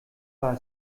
war